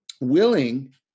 willing